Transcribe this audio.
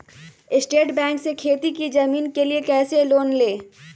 State bank से खेती की जमीन के लिए कैसे लोन ले?